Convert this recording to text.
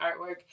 artwork